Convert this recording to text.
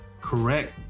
correct